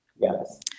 Yes